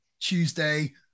Tuesday